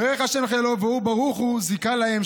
והוא ברוך הוא זיכה להם,